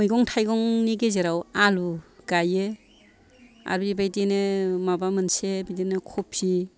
मैगं थाइगंनि गेजेराव आलु गायो आरो बिबायदिनो माबा मोनसे बिदिनो कबि